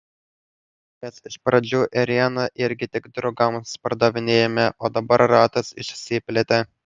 mes iš pradžių ėrieną irgi tik draugams pardavinėjome o dabar ratas išsiplėtė